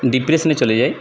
ডিপ্রেশনে চলে যাই